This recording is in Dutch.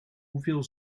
hoeveel